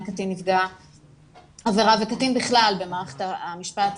קטין נפגע עבירה וקטין בכלל במערכת המשפט,